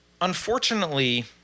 Unfortunately